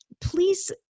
please